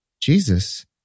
Jesus